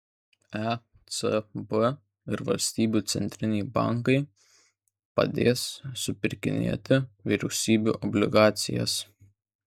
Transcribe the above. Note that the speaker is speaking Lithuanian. ecb ir valstybių centriniai bankai pradės supirkinėti vyriausybių obligacijas